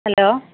use